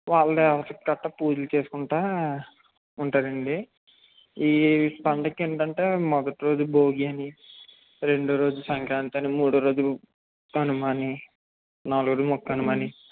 వాళ్ళే పూజలు చేసుకుంటూ ఉంటారండీ ఈ పండగకి ఏంటంటే మొదటి రోజు భోగి అని రెండో రోజు సంక్రాంతి అని మూడో రోజు కనుమ అని నాలుగో రోజు ముక్కనుమ అని